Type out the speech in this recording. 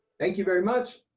thank you very much.